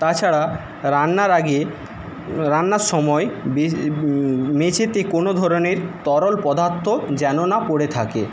তাছাড়া রান্নার আগে রান্নার সময় মেঝেতে কোনো ধরনের তরল পদার্থ যেন না পড়ে থাকে